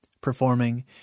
performing